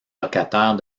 locataire